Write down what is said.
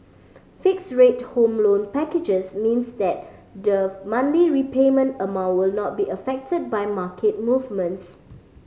fixed rate Home Loan packages means that the monthly repayment amount will not be affected by market movements